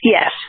Yes